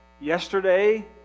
yesterday